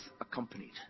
accompanied